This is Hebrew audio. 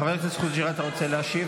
חבר הכנסת חוג'יראת, אתה רוצה להשיב?